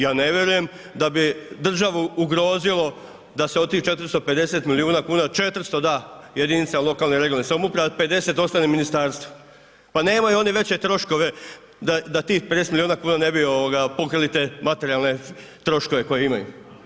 Ja ne vjerujem da bi državu ugrozilo da se od tih 450 milijuna kuna 400 da jedinicama lokalne i regionalne samouprave, a 50 ostane ministarstvu, pa nemaju oni veće troškove da tih 50 milijuna kuna ne bi pokrili te materijalne troškove koje imaju.